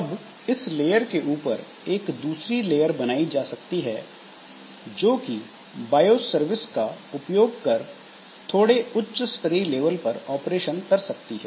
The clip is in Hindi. अब इस लेयर के ऊपर एक दूसरी लेयर बनाई जा सकती है जो कि बॉयोस सर्विस का उपयोग कर थोड़े उच्चस्तरीय लेवल पर ऑपरेशन कर सकती है